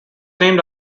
named